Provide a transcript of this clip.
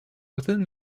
within